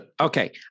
Okay